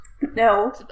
No